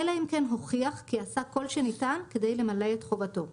אלא אם כן הוכיח כי עשה כל שאפשר כדי למלא את חובתו.